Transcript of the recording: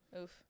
Oof